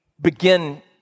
begin